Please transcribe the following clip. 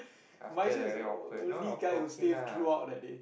after that like very awkward now awkward okay lah